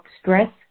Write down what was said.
Stress